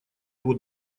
его